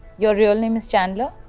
your real name is chandler?